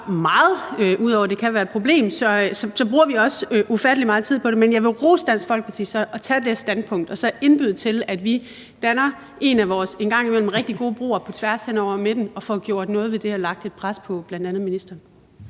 meget. Ud over at det kan være et problem, så bruger vi også ufattelig meget tid på det. Men jeg vil rose Dansk Folkeparti for at tage det standpunkt og så indbyde til, at vi danner en af vores en gang imellem rigtig gode broer på tværs, hen over midten, og får gjort noget ved det og lagt et pres på bl.a. ministeren.